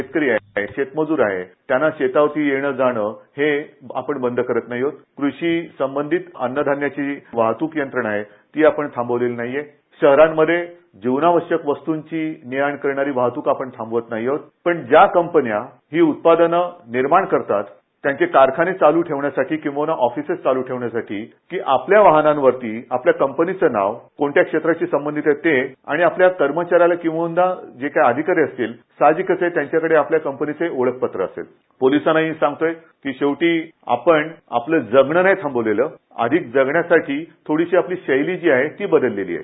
शेतकरी शेतमजूर आहे त्यांना शेतावर येणं जाणं हे आपण बंद करत नाही क्रषी संबंधित अन्नधान्याची वाहतूक यंत्रणा हे आपण थांबले नाहीये शहरांमध्ये जीवनावश्यक वस्तू ने आन करणारी वाहतूक आपण थांबत नाही आहोत पण ज्या कंपन्या उत्पादन निर्माण करतात त्यांचे कारखाने चालू ठेवण्यासाठी किंवा ऑफिस चालू ठेवण्यासाठी आपल्या वाहनांवरती कंपनीचे नाव कोणत्या क्षेत्राशी संबंधित ते आपल्या कर्मचाऱ्यांना किंबहदा जे अधिकारी असतील सहाजिकच त्यांच्याकडे आपल्या कंपनीचे ओळखपत्र असेल पोलिसांनाही सांगतोय शेवटी आपण आपले जगणे नाही थांबले आधी जगण्यासाठी थोडीशी आपली शैली जी आहे ती बदलेली आहे